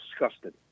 disgusted